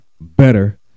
better